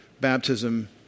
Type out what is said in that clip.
baptism